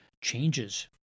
changes